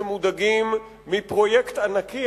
שמודאגים מפרויקט ענקי,